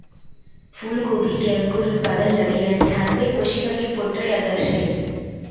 फूलगोभी के अंकुर उत्पादन लगी अनठानबे कोशिका के प्रोट्रे आदर्श हइ